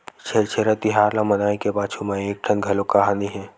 छेरछेरा तिहार ल मनाए के पाछू म एकठन घलोक कहानी हे